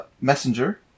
messenger